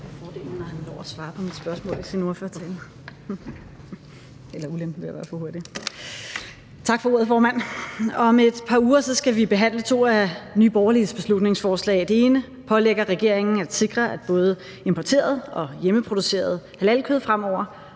Om et par uger skal vi behandle to af Nye Borgerliges beslutningsforslag. Det ene pålægger regeringen at sikre, at både importeret og hjemmeproduceret halalkød fremover